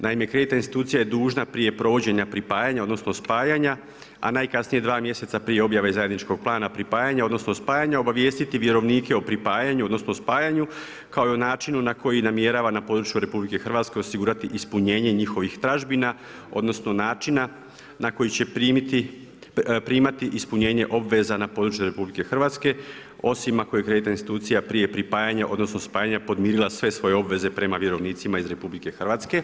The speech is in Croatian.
Naime, kreditna institucija je dužna prije provođenja pripajanja odnosno spajanja, a najkasnije 2 mjeseca prije objave zajedničkog plana pripajanja odnosno spajanja obavijestiti vjerovnike o pripajanju odnosno spajanju kao i o načinu na koji namjerava na području Republike Hrvatske osigurati ispunjenje njihovih tražbina odnosno načina na koji će primati ispunjenje obveza na području Republike Hrvatske osim ako je kreditna institucija prije pripajanja odnosno spajanja podmirila sve svoje obveze prema vjerovnicima iz Republike Hrvatske.